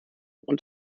und